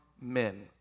men